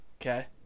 okay